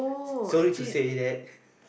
sorry to say that